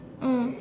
mm